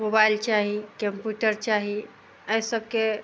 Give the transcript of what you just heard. mobile चाही computer चाही अइ सबके